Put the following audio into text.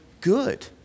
good